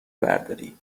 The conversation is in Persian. برداری